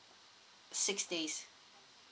six days